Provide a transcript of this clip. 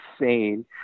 insane